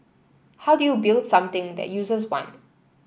how do you build something that users want